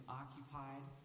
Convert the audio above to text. occupied